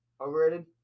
overrated